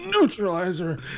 Neutralizer